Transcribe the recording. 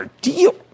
deal